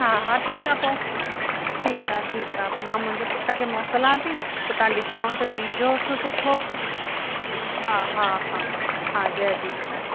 हा हा ठीकु आहे पोइ ठीकु आहे ठीकु आहे पोइ मां मुंहिंजे पुट खे मोकिला थी त तव्हां डिस्काउंट ॾिजोसि सुठो हा हा हा हा जय झूलेलाल